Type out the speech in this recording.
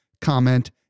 comment